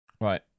right